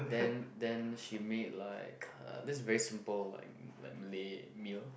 then then she make like uh this is very simple like like Malay meal